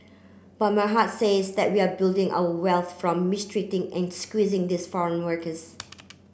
but my heart says that we're building our wealth from mistreating and squeezing these foreign workers